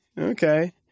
Okay